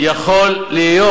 זה לא יכול להיות.